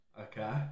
okay